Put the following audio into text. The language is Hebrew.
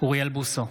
אוריאל בוסו,